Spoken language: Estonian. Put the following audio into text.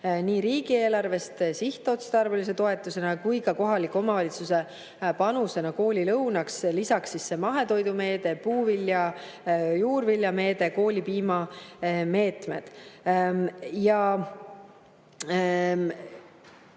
nii riigieelarvest sihtotstarbelise toetusena kui ka kohaliku omavalitsuse panusena koolilõunaks. Lisaks siis mahetoidumeede, puuvilja- ja juurviljameede, koolipiimameetmed.